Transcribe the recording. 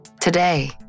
Today